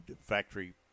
factory